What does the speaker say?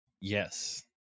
Yes